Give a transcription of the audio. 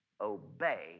obey